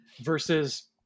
versus